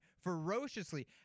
ferociously